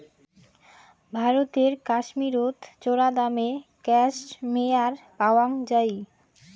ভারতের কাশ্মীরত চরাদামে ক্যাশমেয়ার পাওয়াং যাই